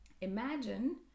imagine